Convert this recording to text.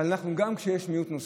אבל גם כשיש מיעוט נוסעים,